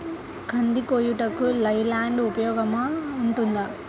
కంది కోయుటకు లై ల్యాండ్ ఉపయోగముగా ఉంటుందా?